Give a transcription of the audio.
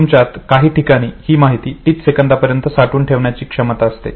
तुमच्यात काही ठिकाणी ही माहिती 30 सेकंदांपर्यंत साठवून ठेवण्याची क्षमता असते